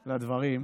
לדברים.